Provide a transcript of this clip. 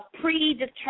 predetermined